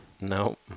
No